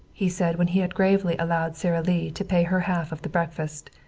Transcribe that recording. he said, when he had gravely allowed sara lee to pay her half of the breakfast,